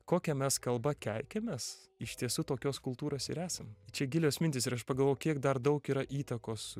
kokia mes kalba keikiamės iš tiesų tokios kultūros ir esam čia gilios mintys ir aš pagalvojau kiek dar daug yra įtakos